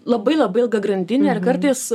labai labai ilga grandinė ir kartais